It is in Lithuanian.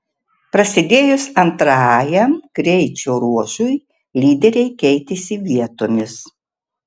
prasidėjus antrajam greičio ruožui lyderiai keitėsi vietomis